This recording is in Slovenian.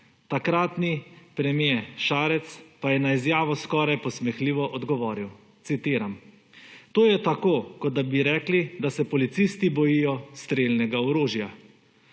Takratni premier Šarec pa je na izjavo skoraj posmehljivo odgovoril, citiram: »To je tako, kot da bi rekli, da se policisti bojijo strelnega orožja.«